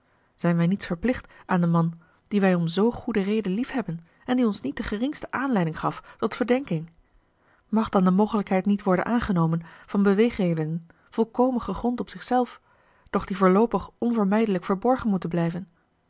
zijn wij niets verplicht aan den man dien wij om zoo goede reden liefhebben en die ons niet de geringste aanleiding gaf tot verdenking mag dan de mogelijkheid niet worden aangenomen van beweegredenen volkomen gegrond op zich zelf doch die voorloopig onvermijdelijk verborgen moeten blijven